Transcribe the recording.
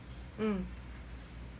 mm